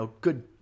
good